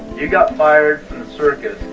you got fired